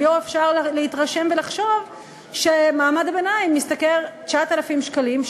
שממנו אפשר להתרשם ולחשוב שמעמד הביניים משתכר 9,000 שקלים,